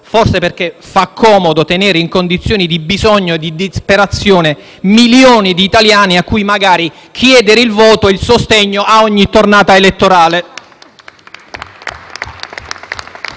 forse perché fa comodo tenere in condizioni di bisogno e di disperazione milioni di italiani a cui, magari, chiedere il voto e il sostegno a ogni tornata elettorale. *(Applausi